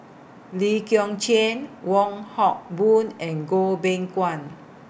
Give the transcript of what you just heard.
Lee Kong Chian Wong Hock Boon and Goh Beng Kwan